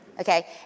Okay